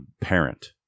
parent